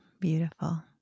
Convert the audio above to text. beautiful